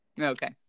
Okay